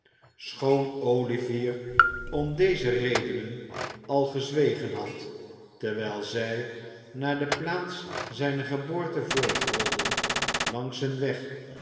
schoon oüvier om deze redenen al gezwegen had terwijl zij naar de plaats zijner geboorte voortrolden langs een weg